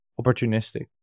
opportunistic